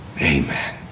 Amen